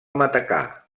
matacà